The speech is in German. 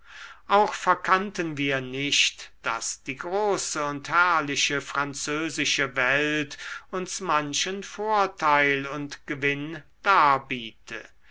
auch verkannten wir nicht daß die große und herrliche französische welt uns manchen vorteil und gewinn darbiete